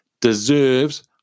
deserves